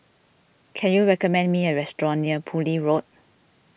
can you recommend me a restaurant near Poole Road